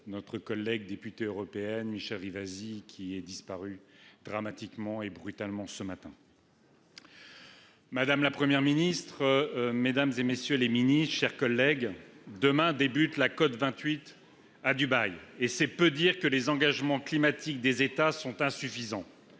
la députée européenne Michèle Rivasi, qui a disparu de manière aussi brutale que dramatique ce matin. Madame la Première ministre, mesdames, messieurs les ministres, chers collègues, demain débute la COP 28 à Dubaï, et c’est peu dire que les engagements climatiques des États sont insuffisants.